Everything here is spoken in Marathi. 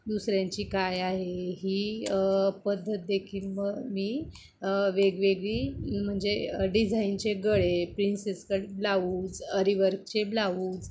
दुसऱ्यांची काय आहे ही पद्धत देखील मी वेगवेगळी म्हणजे डिझाईनचे गळे प्रिन्सेस कट ब्लाऊज अरिवर्कचे ब्लाऊज